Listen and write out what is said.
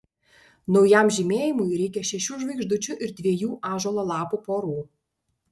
naujam žymėjimui reikia šešių žvaigždučių ir dviejų ąžuolo lapų porų